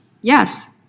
Yes